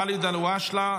ואליד אלהואשלה,